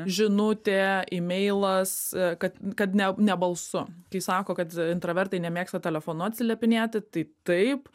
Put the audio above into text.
žinutė imeilas kad kad ne ne balsu kai sako kad intravertai nemėgsta telefonu atsiliepinėti tai taip